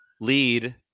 lead